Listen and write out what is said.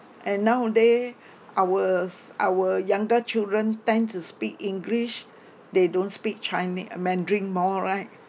and nowaday ours our younger children tend to speak english they don't speak chinese mandarin more right